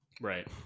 Right